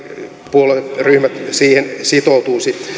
puolueryhmät siihen sitoutuisivat